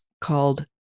called